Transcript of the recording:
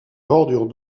bordure